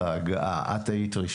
שנמנעו מלהשאיר את ההורה הזה ערירי